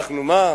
ואנחנו מה?